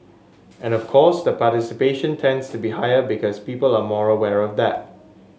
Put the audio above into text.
and of course the participation tends to be higher because people are more aware of that